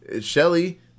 Shelly